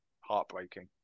heartbreaking